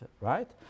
right